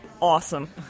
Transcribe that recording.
awesome